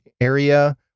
area